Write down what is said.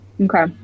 Okay